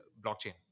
blockchain